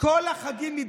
את צריכה להשיב.